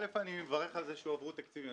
אל"ף, אני מברך על כך שהועברו תקציבים.